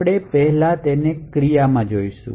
આપણે પહેલા તેને ક્રિયામાં જોશું